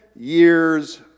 Years